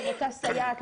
עם אותה סייעת.